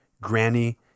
Granny